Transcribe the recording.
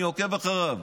אני עוקב אחריו,